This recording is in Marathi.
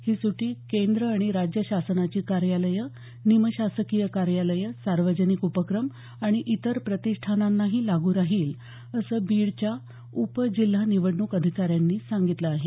ही सुटी केंद्र आणि राज्य शासनाची कार्यालयं निमशासकीय कार्यालयं सार्वजनिक उपक्रम आणि इतर प्रतिष्ठानांनाही लागू राहील असं बीडच्या उप जिल्हा निवडणूक अधिकाऱ्यांनी सांगितलं आहे